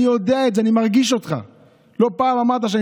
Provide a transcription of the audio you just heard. אני יודע את זה, אני מרגיש אותך.